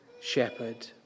shepherd